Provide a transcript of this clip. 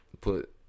put